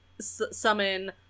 summon